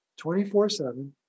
24/7